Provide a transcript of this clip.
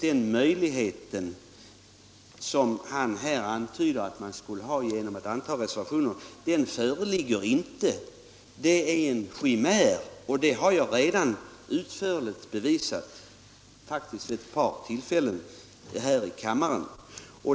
Den möjlighet som herr Lundkvist antyder att man skulle ha genom att anta reservationerna föreligger inte. Det är en chimär, och det har hetsområde jag redan utförligt bevisat, vid ett par tillfällen faktiskt, här i kammaren.